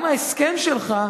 גם ההסכם שלך,